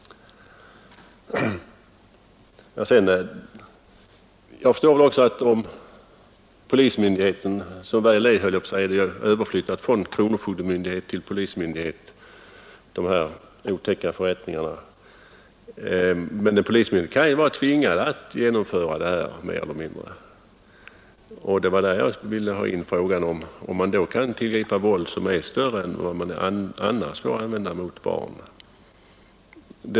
Jag förstår också att polismyndigheten — som väl är har de här otäcka förrättningarna överflyttats från kronofogdemyndigheten till polismyndigheten — är mer eller mindre tvingad att genomföra förflyttningarna, det var därför jag ville ha in frågan, om man då kan tillgripa våld som är större än som annars får användas mot barn.